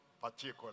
particular